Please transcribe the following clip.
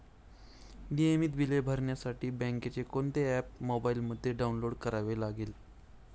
नियमित बिले भरण्यासाठी बँकेचे कोणते ऍप मोबाइलमध्ये डाऊनलोड करावे लागेल?